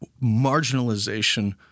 marginalization